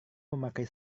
memakai